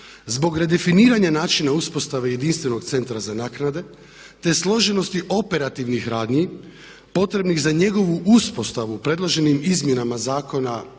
Zbog redefiniranja načina uspostave jedinstvenog Centra za naknade, te složenosti operativnih radnji potrebnih za njegovu uspostavu predloženim izmjenama Zakona